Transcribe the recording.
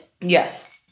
Yes